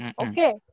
Okay